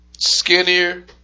skinnier